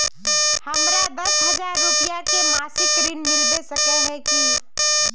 हमरा दस हजार रुपया के मासिक ऋण मिलबे सके है की?